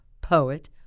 poet